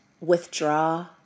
withdraw